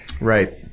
Right